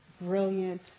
brilliant